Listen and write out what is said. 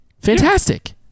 Fantastic